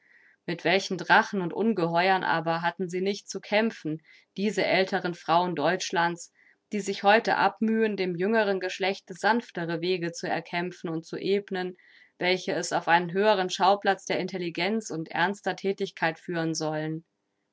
mit welchen drachen und ungeheuern aber hatten sie nicht zu kämpfen diese älteren frauen deutschlands die sich heute abmühen dem jüngeren geschlechte sanftere wege zu erkämpfen und zu ebnen welche es auf einen höheren schauplatz der intelligenz und ernster thätigkeit führen sollen